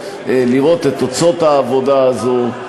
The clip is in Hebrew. לראות את תוצאות העבודה הזאת.